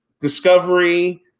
Discovery